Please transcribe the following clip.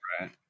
Right